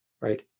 right